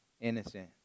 innocent